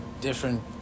different